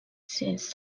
since